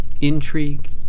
intrigue